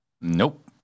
Nope